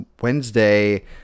Wednesday